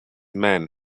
men